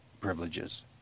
privileges